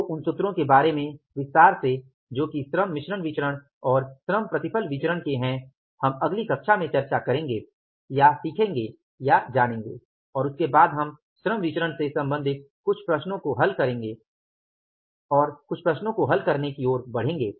तो उन सूत्रों के बारे में विस्तार से जो कि श्रम मिश्रण विचरण और श्रम प्रतिफल विचरण के है हम अगली कक्षा में चर्चा करेंगे या सीखेंगे या जानेंगे और उसके बाद हम श्रम विचरण से सम्बंधित कुछ प्रश्नों को हल करने को ओर बढ़ेंगे